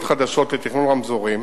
חדשות לתכנון רמזורים,